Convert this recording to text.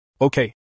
Okay